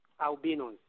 albinos